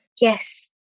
Yes